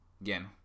Again